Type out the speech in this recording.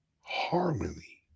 harmony